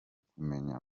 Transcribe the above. kumenya